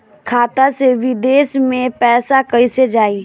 खाता से विदेश मे पैसा कईसे जाई?